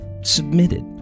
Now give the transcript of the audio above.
submitted